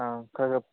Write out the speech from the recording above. ꯑꯥ